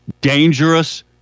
dangerous